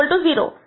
0